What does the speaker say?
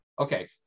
okay